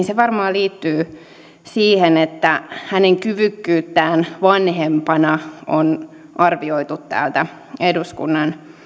se varmaan liittyy siihen että hänen kyvykkyyttään vanhempana on arvioitu täältä eduskunnan